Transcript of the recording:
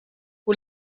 hoe